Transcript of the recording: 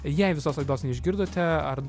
jei visos laidos neišgirdote ar